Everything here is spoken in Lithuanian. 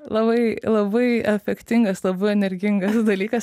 labai labai efektingas labai energingas dalykas